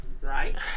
right